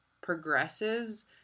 progresses